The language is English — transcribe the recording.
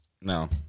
no